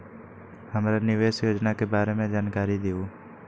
हमरा निवेस योजना के बारे में जानकारी दीउ?